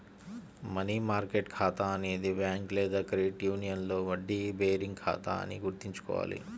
money market ఖాతా అనేది bank లేదా క్రెడిట్ యూనియన్లో వడ్డీ బేరింగ్ ఖాతా అని గుర్తుంచుకోవాలి